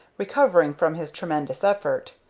recovering from his tremendous effort.